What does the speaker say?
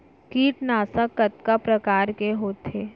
कीटनाशक कतका प्रकार के होथे?